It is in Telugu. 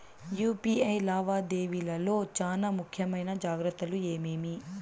యు.పి.ఐ లావాదేవీల లో చానా ముఖ్యమైన జాగ్రత్తలు ఏమేమి?